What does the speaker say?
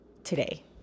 today